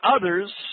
others